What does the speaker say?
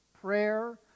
prayer